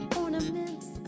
Ornaments